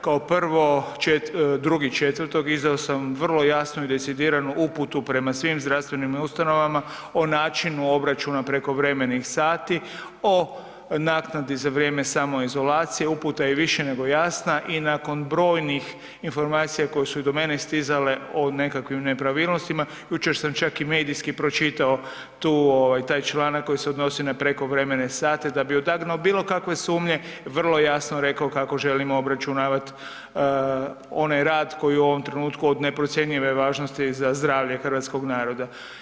Kao prvo 2.4. izdao sam vrlo jasnu i decidiranu uputu prema svim zdravstvenim ustanovama o načinu obračuna prekovremenih sati, o naknadi za vrijeme samoizolacije, uputa je više nego jasna i nakon brojnih informacijama koje su i do mene stizale o nekakvim nepravilnostima, jučer sam čak i medijski pročitao tu ovaj, taj članak koji se odnosi na prekovremene sate da bi odagnao bilo kakve sumnje vrlo jasno rekao kako želimo obračunavati onaj rad koji je u ovom trenutku od neprocjenjive za zdravlje hrvatskog naroda.